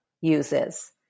uses